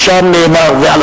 ושם נאמר: ועל